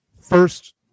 First